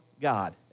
God